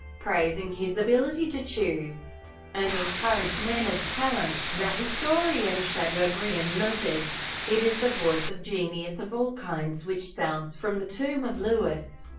praising his ability to choose and encourage men of talent, the historian chateaubriand noted it is the voice of genius of all kinds which sounds from the tomb of louis.